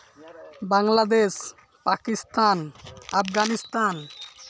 Bangladesh Pakistan Afghanistan